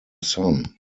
son